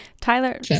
Tyler